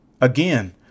Again